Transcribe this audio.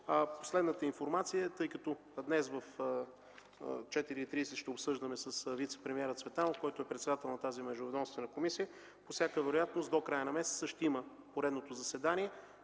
Последна информация: тъй като днес в 16,30 ч. ще обсъждаме с вицепремиера Цветанов, който е председател на тази междуведомствена комисия, по всяка вероятност до края на месеца ще има поредното заседание.